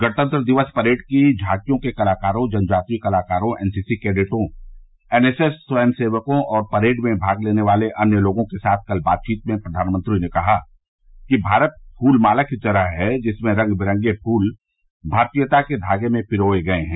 गणतंत्र दिवस परेड की झांकियों के कलाकारों जनजातीय कलाकारों एनसीसी कैडेटों एनएसएस स्वयंसेवकों और परेड में भाग लेने वाले अन्य लोगों के साथ कल में प्रधानमंत्री ने कहा कि भारत फूल माला की तरह है जिसमें रंग बिरंगे फूल भारतीयता के धागे में पिरोये गये हैं